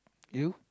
you